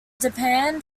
demand